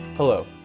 Hello